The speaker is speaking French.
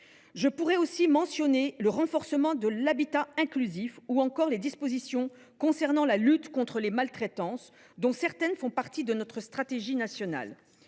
Je pourrais aussi mentionner le renforcement de l’habitat inclusif ou encore les dispositions concernant la lutte contre les maltraitances, dont certaines font partie de notre stratégie nationale,